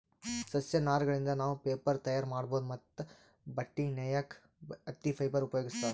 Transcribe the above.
ಸಸ್ಯ ನಾರಗಳಿಂದ್ ನಾವ್ ಪೇಪರ್ ತಯಾರ್ ಮಾಡ್ಬಹುದ್ ಮತ್ತ್ ಬಟ್ಟಿ ನೇಯಕ್ ಹತ್ತಿ ಫೈಬರ್ ಉಪಯೋಗಿಸ್ತಾರ್